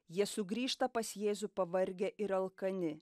jie sugrįžta pas jėzų pavargę ir alkani